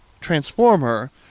Transformer